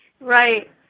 Right